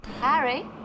Harry